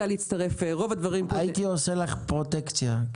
הייתי עושה לך פרוטקציה,